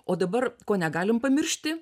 o dabar ko negalim pamiršti